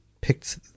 picked